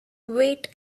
wait